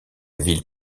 ville